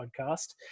podcast